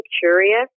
curious